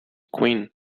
quinn